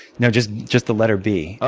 no, just just the letter b.